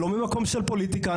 לא ממקום של פוליטיקה,